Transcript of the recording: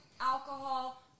alcohol